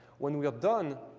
when we are done,